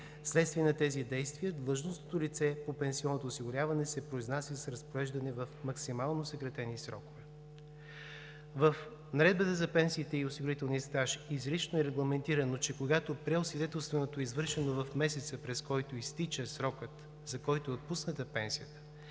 следствие на тези действия длъжностното лице по пенсионното осигуряване се произнася с разпореждане в максимално съкратени срокове. В Наредбата за пенсиите и осигурителния стаж изрично е регламентирано, че когато преосвидетелстването е извършено през изтичащия срок, за който е отпусната пенсията,